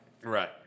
Right